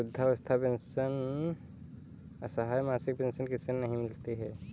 वृद्धावस्था या असहाय मासिक पेंशन किसे नहीं मिलती है?